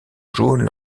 jaunes